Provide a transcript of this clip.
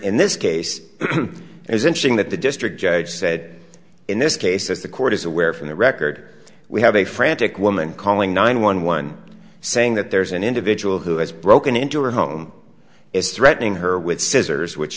in this case it was interesting that the district judge said in this case that the court is aware from the record we have a frantic woman calling nine one one saying that there is an individual who has broken into her home is threatening her with scissors which